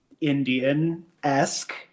Indian-esque